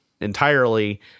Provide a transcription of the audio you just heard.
entirely